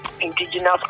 indigenous